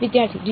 વિદ્યાર્થી g